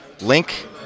link